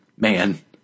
Man